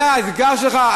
זה האתגר שלך.